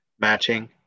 matching